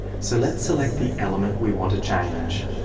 so let's select the element we want to change,